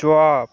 chop